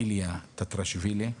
איליה טטרשווילי,